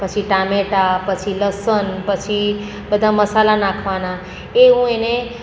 પછી ટામેટાં પછી લસણ પછી બધા મસાલા નાખવાના એ હું એને